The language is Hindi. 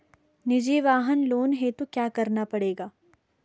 निजी वाहन लोन हेतु क्या करना पड़ेगा?